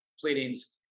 pleadings